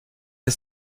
and